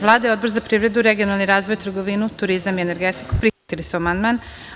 Vlada i Odbor za privredu i regionalni razvoj, trgovinu, turizam i energetiku prihvatili su amandman.